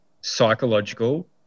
psychological